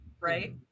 right